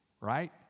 right